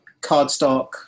cardstock